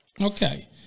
Okay